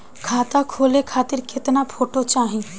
खाता खोले खातिर केतना फोटो चाहीं?